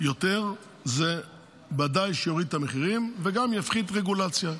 יותר זה ודאי יוריד את המחירים וגם יפחית רגולציה.